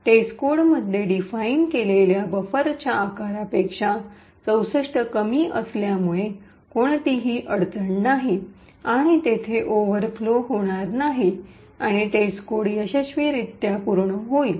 test code मध्ये define केलेल्या बफरच्या आकारापेक्षा ६४ कमी असल्यामुळे कोणतीही अडचण नाही आणि तेथे ओव्हरफ्लो होणार नाही आणि टेस्टकोड यशस्वीरित्या पूर्ण होईल